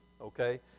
okay